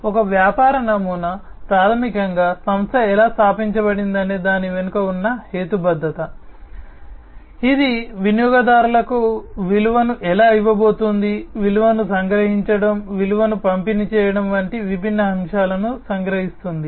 కాబట్టి ఒక వ్యాపార నమూనా ప్రాథమికంగా సంస్థ ఎలా సృష్టించబడిందనే దాని వెనుక ఉన్న హేతుబద్ధత ఇది వినియోగదారులకు విలువను ఎలా ఇవ్వబోతోంది విలువను సంగ్రహించడం విలువను పంపిణీ చేయడం వంటి విభిన్న అంశాలను సంగ్రహిస్తుంది